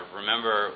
remember